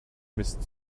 mist